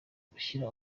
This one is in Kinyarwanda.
gushinga